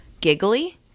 giggly